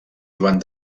joan